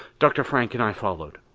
dr. frank and i followed.